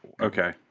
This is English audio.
Okay